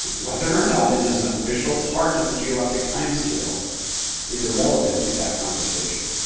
whether or not it is an official part of the geologic timescale is irrelevant to that conversation,